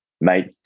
mate